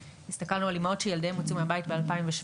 הסתכלנו על אימהות שילדיהן הוצאו מהבית ב-2017,